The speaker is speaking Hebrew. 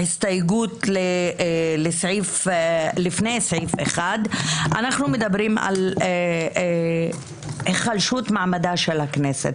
בהסתייגות ל"לפני סעיף 1". אנחנו מדברים על היחלשות מעמדה של הכנסת.